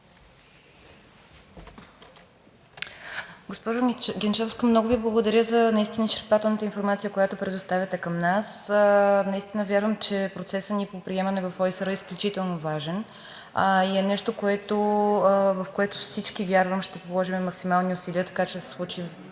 Госпожо Генчовска, много Ви благодаря за наистина изчерпателната информация, която ни предоставяте. Вярвам, че процесът ни по приемане в ОИСР е изключително важен и е нещо, в което всички, вярвам, ще положим максимални усилия, така че да се случи нашето